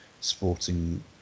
sporting